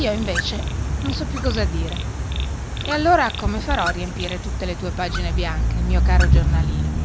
io invece non so più che cosa dire e allora come farò a riempire tutte le tue pagine bianche mio caro giornalino